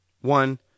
one